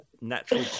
natural